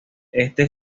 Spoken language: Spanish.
este